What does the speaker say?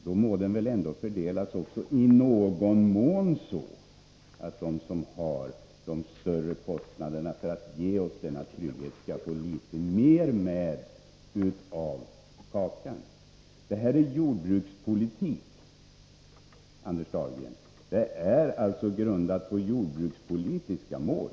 Då må den väl ändå fördelas i någon mån så, att de som har de större kostnaderna för att skapa denna trygghet skall få litet mer av kakan. Det här är, Anders Dahlgren, grundat på jordbrukspolitiska mål.